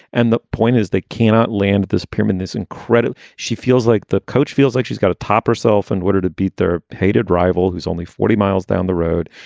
and the point is that cannot land this person this incredible. she feels like the coach feels like she's got to top herself in and order to beat their hated rival, who's only forty miles down the road.